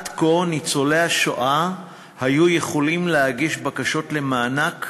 עד כה ניצולי השואה היו יכולים להגיש בקשות למענק